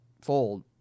fold